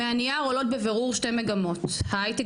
מהנייר עולות בבירור שתי מגמות: הייטק